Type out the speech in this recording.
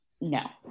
no